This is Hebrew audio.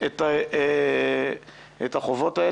את החובות האלה.